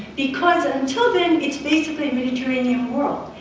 because and until then it's basically mediterranean world.